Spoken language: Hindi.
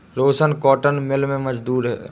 रोशन कॉटन मिल में मजदूर है